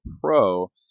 pro